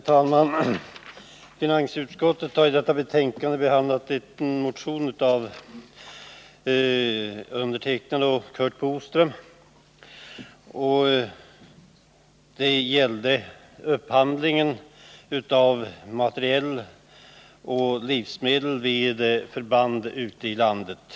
Herr talman! Finansutskottet har i sitt betänkande nr 4 behandlat en motion av mig och Curt Boström, som gäller upphandlingen av materiel och livsmedel vid förband ute i landsorten.